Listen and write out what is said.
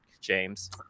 james